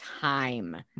time